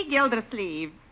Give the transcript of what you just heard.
Gildersleeve